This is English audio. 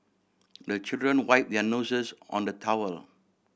the children wipe their noses on the towel